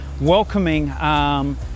welcoming